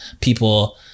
people